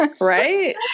Right